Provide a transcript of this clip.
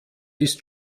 ist